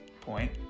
point